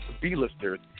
B-listers